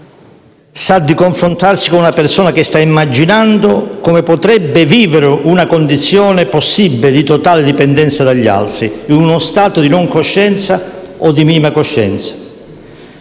sa di confrontarsi con una persona che sta immaginando come potrebbe vivere in una condizione possibile di totale dipendenza dagli altri, in uno stato di non coscienza o minima coscienza,